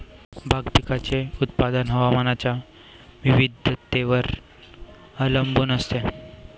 भाग पिकाचे उत्पादन हवामानाच्या विविधतेवर अवलंबून असते